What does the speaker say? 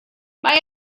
mae